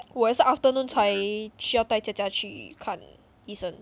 我也是 afternoon 才需要带 jia jia 去看医生